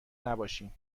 نباشین